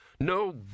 No